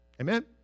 Amen